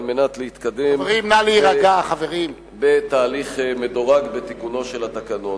על מנת להתקדם בתהליך מדורג בתיקונו של התקנון.